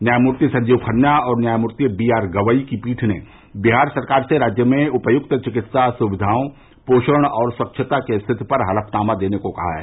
न्यायमूर्ति संजीव खन्ना और न्यायमूर्ति बी आर गवई की पीठ ने बिहार सरकार से राज्य में उपयुक्त चिकित्सा सुक्विाओं पोषण और स्वच्छता की स्थिति पर हलफनामा देने को भी कहा है